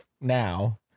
now